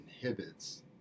inhibits